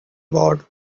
ward